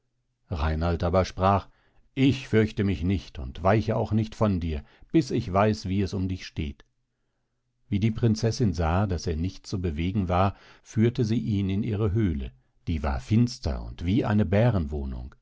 reinald aber sprach ich fürchte mich nicht und weiche auch nicht von dir bis ich weiß wie es um dich steht wie die prinzessin sah daß er nicht zu bewegen war führte sie ihn in ihre höle die war finster und wie eine